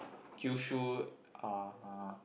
Kyushu uh